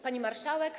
Pani Marszałek!